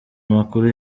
amakuru